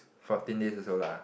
fourteen days also lah